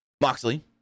Moxley